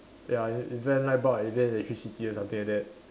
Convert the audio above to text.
ya is is there light bulb is there electricity or something like that